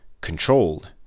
controlled